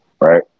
right